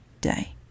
day